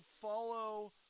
follow